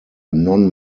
non